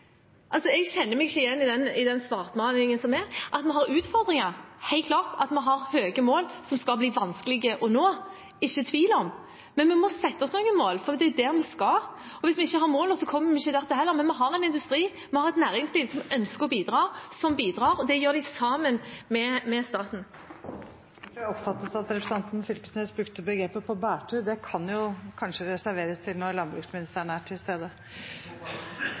Jeg kjenner meg ikke igjen i den svartmalingen som gjøres. At vi har utfordringer, er helt klart, og at vi har høye mål som blir vanskelig å nå, er det ikke tvil om, men vi må sette oss noen mål, for det er dit vi skal. Hvis vi ikke har målene, kommer vi ikke dit heller. Men vi har en industri og et næringsliv som ønsker å bidra, og som bidrar. Og det gjør de sammen med staten. Jeg tror jeg oppfattet at representanten Knag Fylkesnes brukte uttrykket «på bærtur». Det kan kanskje reserveres til når landbruksministeren er til stede.